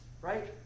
right